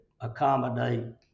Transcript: accommodate